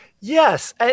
yes